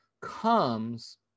comes